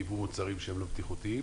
ביבוא מוצרים שהם לא בטיחותיים,